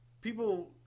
people